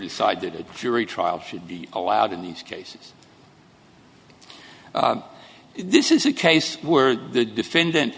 decided jury trial should be allowed in these cases this is a case where the defendant